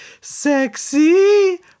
sexy